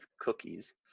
cookies